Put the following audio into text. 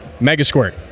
MegaSquirt